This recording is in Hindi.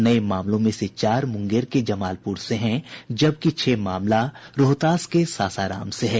नये मामलों में से चार मुंगेर के जमालपुर से हैं जबकि छह मामला रोहतास के सासाराम से है